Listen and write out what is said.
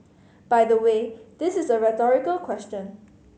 by the way this is a rhetorical question